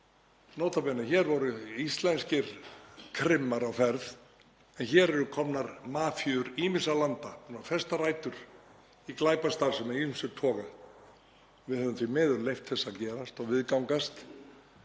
nota bene, hér voru íslenskir krimmar á ferð — að hér eru komnar mafíur ýmissa landa, búnar að festa rætur í glæpastarfsemi af ýmsum toga. Við höfum því miður leyft þessu að gerast og viðgangast.